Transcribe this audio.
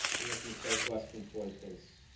and looking southwest from floyd place.